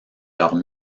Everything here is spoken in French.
leurs